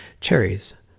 cherries